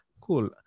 cool